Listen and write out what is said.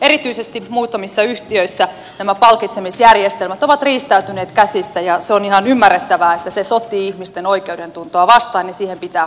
erityisesti muutamissa yhtiöissä nämä palkitsemisjärjestelmät ovat riistäytyneet käsistä ja on ihan ymmärrettävää että se sotii ihmisten oikeudentuntoa vastaan ja siihen pitää puuttua